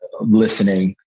listening